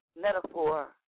metaphor